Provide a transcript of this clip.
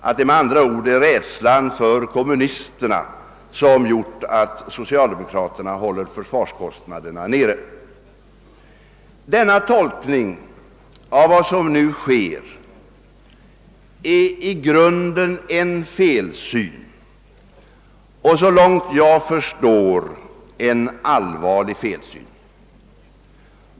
Det är, med andra ord, rädslan för kommunisterna som gjort att socialdemokraterna håller försvarskostnaderna nere. Denna tolkning av vad som nu sker är i grunden en felsyn och, så långt jag förstår, en allvarlig felsyn.